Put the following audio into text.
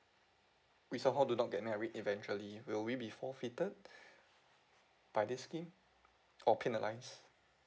we somehow do not get married eventually will we be forfeited by this scheme or penalised